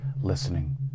listening